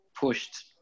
pushed